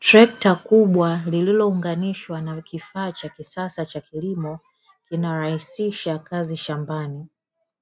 Trekta kubwa lililounganishwa na kifaa cha kisasa cha kilimo, kinarahisisha kazi shambani,